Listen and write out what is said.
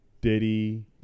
Diddy